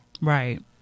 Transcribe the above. Right